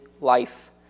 life